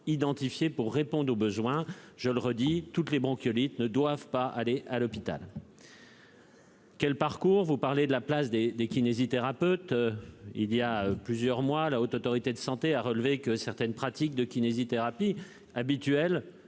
identifié pour réponde aux besoins, je le redis, toutes les bronchiolites ne doivent pas aller à l'hôpital. Quel parcours vous parlez de la place des des kinésithérapeutes, il y a plusieurs mois, la Haute autorité de santé a relevé que certaines pratiques de kinésithérapie habituel